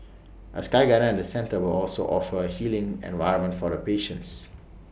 A sky garden at the centre will also offer A healing environment for the patients